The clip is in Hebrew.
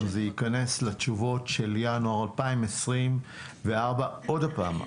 וגם זה ייכנס לתשובות של ינואר 2024. עוד הפעם,